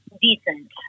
decent